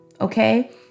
Okay